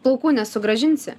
plaukų nesugrąžinsi